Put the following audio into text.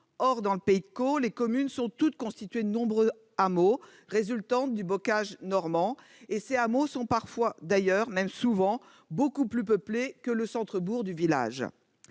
Or, dans le pays de Caux, les communes sont toutes constituées de nombreux hameaux, résultante du bocage normand. Ces hameaux sont d'ailleurs souvent beaucoup plus peuplés que le centre-bourg. Si